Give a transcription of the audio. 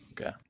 Okay